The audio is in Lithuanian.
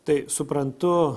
tai suprantu